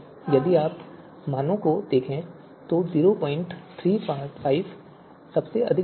यदि आप मानों को देखें तो 035 सबसे अधिक भार है